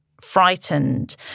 frightened